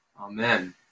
Amen